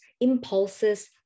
impulses